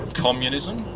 communism.